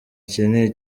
akeneye